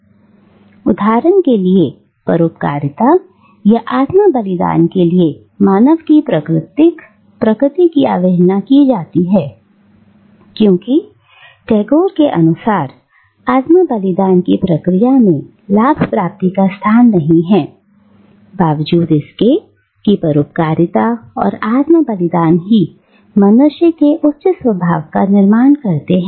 इसलिए उदाहरण के लिए परोपकारिता या आत्म बलिदान के लिए मानव की प्राकृतिक प्रवृत्ति की अवहेलना की जाती है क्योंकि टैगोर के अनुसार आत्म बलिदान की प्रक्रिया में लाभ प्राप्ति का स्थान नहीं है बावजूद इसके कि परोपकारिता और आत्म बलिदान ही मनुष्य के उच्च स्वभाव का निर्माण करते हैं